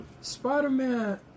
Spider-Man